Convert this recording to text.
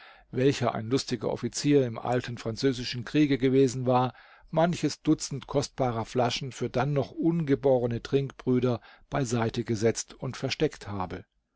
welcher ein lustiger offizier im alten französischen kriege gewesen war manches dutzend kostbarer flaschen für dann noch ungeborene trinkbrüder bei seite gesetzt und versteckt habe